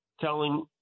telling